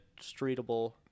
streetable